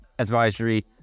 Advisory